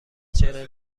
چهره